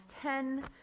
ten